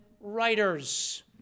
writers